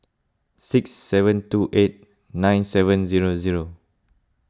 six seven two eight nine seven zero zero